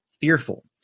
fearful